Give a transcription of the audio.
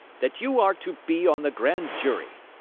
that you are to be on the grand jury.